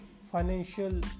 financial